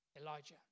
Elijah